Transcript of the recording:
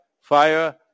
fire